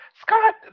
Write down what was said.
Scott